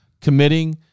committing